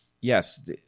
Yes